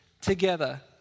together